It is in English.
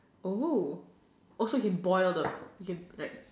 oh also he boiled the he can like